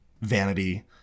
vanity